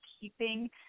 keeping